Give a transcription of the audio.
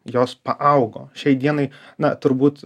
jos paaugo šiai dienai na turbūt